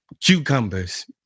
cucumbers